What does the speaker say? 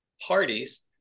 parties